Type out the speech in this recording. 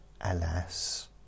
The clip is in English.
Alas